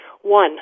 One